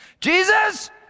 Jesus